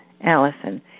Allison